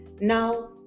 Now